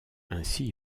ainsi